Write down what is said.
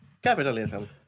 Capitalism